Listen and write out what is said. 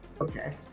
Okay